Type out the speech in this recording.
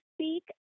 speak